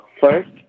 First